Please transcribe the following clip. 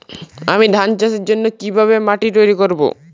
আমি ধান চাষের জন্য কি ভাবে মাটি তৈরী করব?